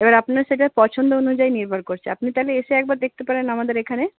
এবার আপনার সেটা পছন্দ অনুযায়ী নির্ভর করছে আপনি তাহলে এসে একবার দেখতে পারেন আমাদের এখানে